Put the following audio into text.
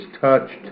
touched